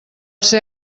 ser